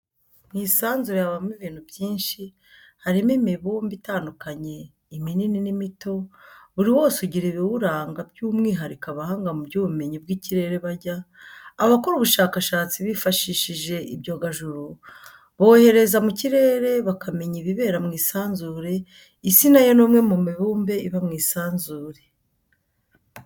Mu isanzure habamo ibintu byinshi harimo imibumbe itandukanye, iminini n'imito, buri wose ugira ibiwuranga by'umwihariko abahanga mu by'ubumenyi bw'ikirere bajya abakora ubushakashatsi bifashishije ibyogajuru, bohereza mu kirere bakamenya ibibera mu isanzure, Isi na yo ni umwe mu mibumbe iba mu isanzure.